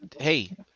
hey